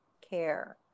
care